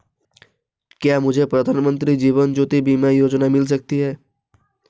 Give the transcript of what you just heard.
क्या मुझे प्रधानमंत्री जीवन ज्योति बीमा योजना मिल सकती है?